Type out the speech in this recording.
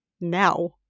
now